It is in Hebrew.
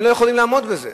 הם לא יכולים לעמוד בזה.